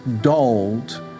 dulled